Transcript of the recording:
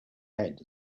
head